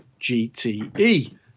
GTE